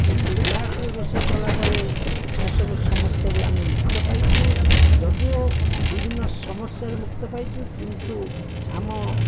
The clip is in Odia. କିନ୍ତୁ ଗ୍ୟାସ୍ରେ ରୋଷେଇ କଲାପରେ ସେସବୁ ସମ୍ୟାସରୁ ଆମେ ମୁକ୍ତ ପାଇଛୁ ଯଦିଓ ବିଭିନ୍ନ ସମସ୍ୟରୁ ମୁକ୍ତ ପାଇଛୁ କିନ୍ତୁ ଆମ